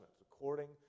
according